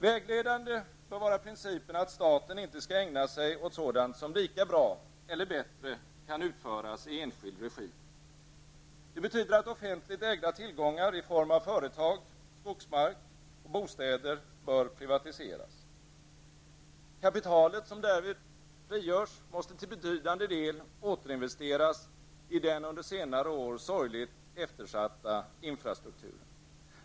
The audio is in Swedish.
Vägledande bör vara principen att staten inte skall ägna sig åt sådant som lika bra eller bättre kan utföras i enskild regi. Det betyder att offentligt ägda tillgångar i form av företag, skogsmark och bostäder bör privatiseras. Det kapital som därvid frigörs måste till betydande del återinvesteras i den under senare år sorgligt eftersatta infrastrukturen.